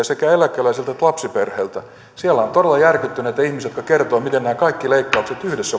sekä eläkeläisiltä että lapsiperheiltä siellä on todella järkyttyneitä ihmisiä jotka kertovat miten nämä kaikki leikkaukset yhdessä